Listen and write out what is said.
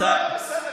וזה לא היה בסדר.